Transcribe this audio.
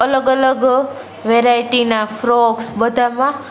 અલગ અલગ વેરાયટીના ફ્રોક્સ બધામાં